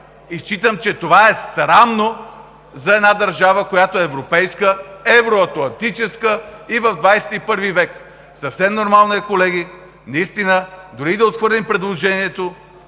считам, че това е срамно за една държава, която е европейска, евроатлантическа и в XXI в. Съвсем нормално е, колеги, дори и да отхвърлим предложението